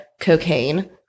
cocaine